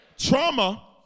Trauma